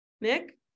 Nick